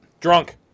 Drunk